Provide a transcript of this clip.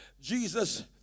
jesus